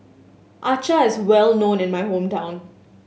acar is well known in my hometown